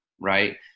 right